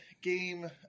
game